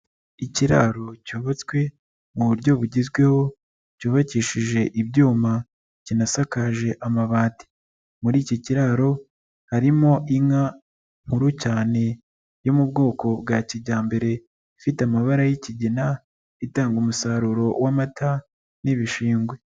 Ikiraro cyubatswe mu buryo bugezweho, cyubakishije ibyuma, kinasakaje amabati. Muri iki kiraro harimo inka nkuru cyane yo mu bwoko bwa kijyambere, ifite amabara y'ikigina, itanga umusaruro w'amata n'ibishingwe.